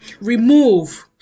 Remove